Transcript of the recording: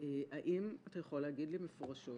האם אתה יכול להגיד לי מפורשות